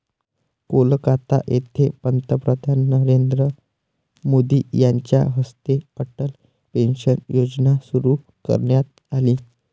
कोलकाता येथे पंतप्रधान नरेंद्र मोदी यांच्या हस्ते अटल पेन्शन योजना सुरू करण्यात आली